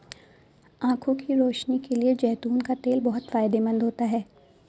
आंखों की रोशनी के लिए जैतून का तेल बहुत फायदेमंद होता है